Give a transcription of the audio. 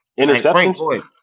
Interceptions